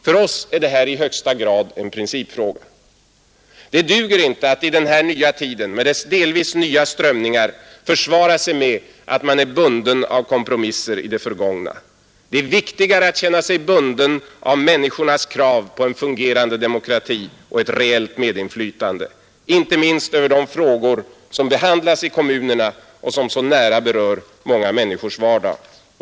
För oss är detta i högsta grad en principfråga. Det duger inte att i denna tid med dess delvis nya strömningar försvara sig med att man är bunden av kompromisser i det förgångna. Det är viktigare att känna sig bunden av människornas krav på en fungerande demokrati och reellt medinflytande, inte minst över de frågor som behandlas i kommunerna och som så nära berör många människors vardag.